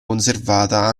conservata